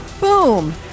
Boom